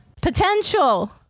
potential